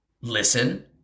listen